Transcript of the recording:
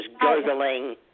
gurgling